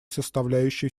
составляющей